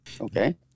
Okay